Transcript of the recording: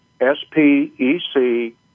S-P-E-C-